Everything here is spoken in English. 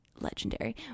legendary